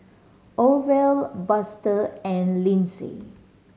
Orvel Buster and Lynsey